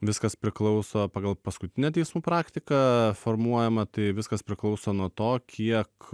viskas priklauso pagal paskutinę teismų praktiką formuojamą tai viskas priklauso nuo to kiek